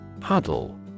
Huddle